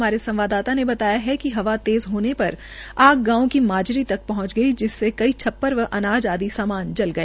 हमारे संवाददाता ने बताया है कि हवा तेज़ होने र आग गांव की माजरी तक हृंच गई जिससे कई छप र औरअनजा आदि सामान जल गया